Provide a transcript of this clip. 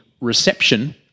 reception